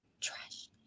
trash